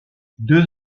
deux